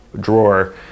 drawer